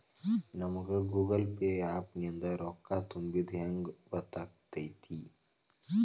ನಮಗ Google Pay app ನಿಂದ ರೊಕ್ಕಾ ತುಂಬಿದ್ದ ಹೆಂಗ್ ಗೊತ್ತ್ ಆಗತೈತಿ?